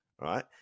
right